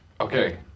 okay